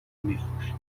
میفروشه